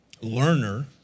learner